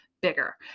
bigger